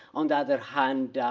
on the other hand,